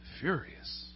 Furious